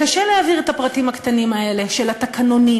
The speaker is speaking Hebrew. קשה להעביר את הפרטים הקטנים האלה של התקנונים,